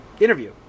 interview